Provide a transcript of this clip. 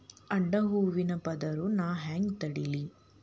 ಅಡ್ಡ ಹೂವಿನ ಪದರ್ ನಾ ಹೆಂಗ್ ತಡಿಲಿ?